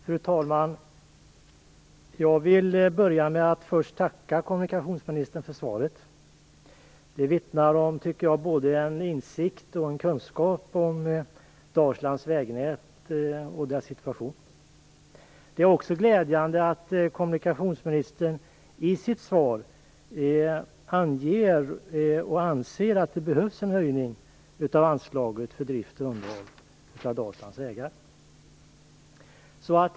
Fru talman! Jag vill börja med att tacka kommunikationsministern för svaret. Jag tycker att det vittnar om både insikt och kunskap om Dalslands vägnät och dess situation. Det är också glädjande att kommunikationsministern i sitt svar anger och anser att det behövs en höjning av anslaget för drift och underhåll av Dalslands vägar.